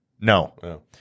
No